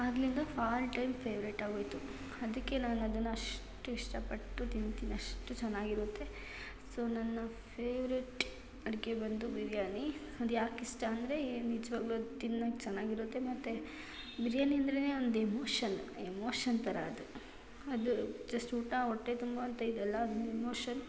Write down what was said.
ಆಗಿಂದ all time favourite ಆಗೋಯಿತು ಅದಕ್ಕೆ ನಾನು ಅದನ್ನು ಅಷ್ಟು ಇಷ್ಟಪಟ್ಟು ತಿಂತೀನಿ ಅಷ್ಟು ಚೆನ್ನಾಗಿರುತ್ತೆ ಸೊ ನನ್ನ ಫೇವ್ರೆಟ್ ಅಡುಗೆ ಬಂದು ಬಿರ್ಯಾನಿ ಅದು ಯಾಕೆ ಇಷ್ಟ ಅಂದರೆ ನಿಜವಾಗ್ಲೂ ಅದು ತಿನ್ನಕ್ಕೆ ಚೆನ್ನಾಗಿರುತ್ತೆ ಮತ್ತು ಬಿರ್ಯಾನಿ ಅಂದ್ರೇ ಒಂದು ಎಮೋಷನ್ ಎಮೋಷನ್ ಥರ ಅದು ಅದು ಜಸ್ಟ್ ಊಟ ಹೊಟ್ಟೆ ತುಂಬುವಂಥ ಇದಲ್ಲ ಅದು ಎಮೋಷನ್